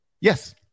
Yes